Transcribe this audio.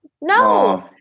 no